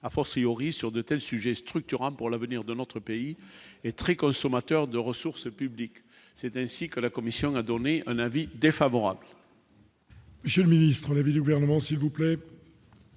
a fortiori sur de tels sujets structurants pour l'avenir de notre pays est très consommateur de ressources publiques, c'est ainsi que la commission n'a donné un avis défavorable.